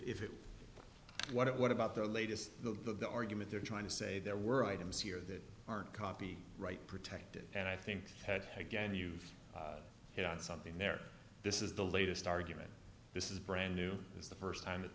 it what it what about the latest the argument they're trying to say there were items here that aren't copy right protected and i think ted had gained you've hit on something there this is the latest argument this is brand new is the first time that